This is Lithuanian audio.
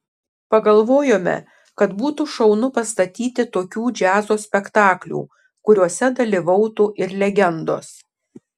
pagalvojome kad būtų šaunu pastatyti tokių džiazo spektaklių kuriuose dalyvautų ir legendos